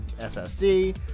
SSD